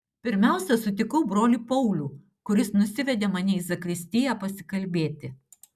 pirmiausia sutikau brolį paulių kuris nusivedė mane į zakristiją pasikalbėti